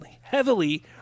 heavily